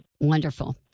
Wonderful